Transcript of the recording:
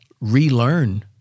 relearn